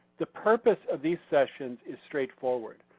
the purpose of these sessions is straightforward.